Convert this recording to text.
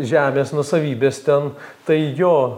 žemės nuosavybės ten tai jo